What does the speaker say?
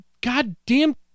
goddamn